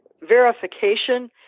verification